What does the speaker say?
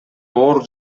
оор